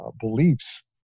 beliefs